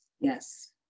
Yes